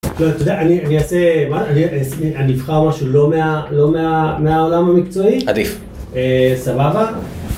לא, אתה יודע, אני אבחר משהו לא מהעולם המקצועי. עדיף. סבבה.